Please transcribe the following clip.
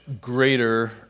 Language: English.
greater